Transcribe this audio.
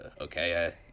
okay